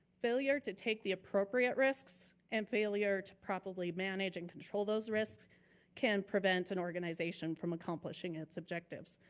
failure to take the appropriate risks and failure to properly manage and control those risks can prevent an organization from accomplishing its objectives.